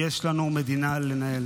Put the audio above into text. יש לנו מדינה לנהל.